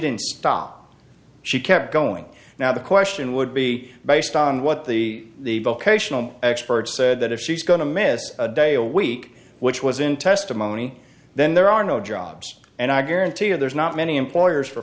didn't stop she kept going now the question would be based on what the vocational expert said that if she's going to miss a day a week which was in testimony then there are no jobs and i guarantee you there's not many employers for